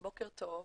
בוקר טוב.